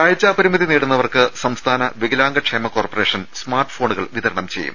കാഴ്ചാ പരിമിതി നേരിടുന്നവർക്ക് സംസ്ഥാന വികലാംഗ ക്ഷേമ കോർപ്പ റേഷൻ സ്മാർട്ട് ഫോണുകൾ വിതരണം ചെയ്യും